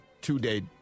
two-day